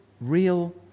real